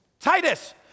Titus